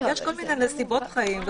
יש נסיבות חיים.